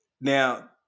now